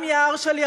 גם יער של ידיים,